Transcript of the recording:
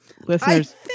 listeners